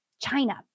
China